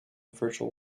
virtual